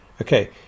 Okay